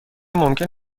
ممکن